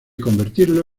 convertirlo